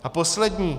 A poslední.